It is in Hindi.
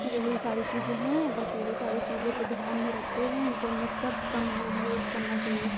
यही सारी चीज़ें हैं बस यही सारी चीज़ों को ध्यान में रखते हुए इन्टरनेट का कम यूज़ करना चाहिए